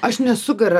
aš nesu gera